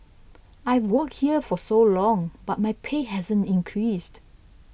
I've worked here for so long but my pay hasn't increased